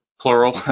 plural